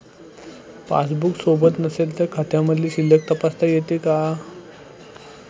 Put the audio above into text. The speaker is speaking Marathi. पासबूक सोबत नसेल तर खात्यामधील शिल्लक तपासता येते का?